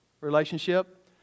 relationship